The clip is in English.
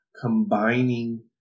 combining